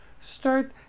start